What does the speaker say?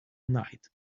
night